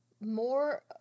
More